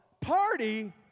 party